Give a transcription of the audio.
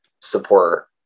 support